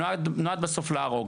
נועד בסוף להרוג.